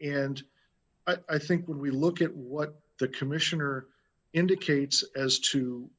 and i think when we look at what the commissioner indicates as to